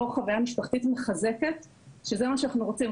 חוויה משפחתית מחזקת שזה מה שאנחנו רוצים,